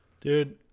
Dude